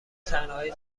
تنهایی